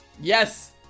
yes